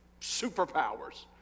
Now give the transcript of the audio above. superpowers